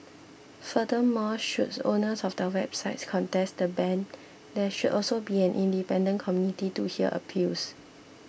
furthermore should owners of the websites contest the ban there should also be an independent committee to hear appeals